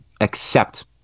accept